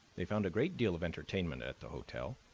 they found a great deal of entertainment at the hotel,